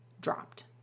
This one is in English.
dropped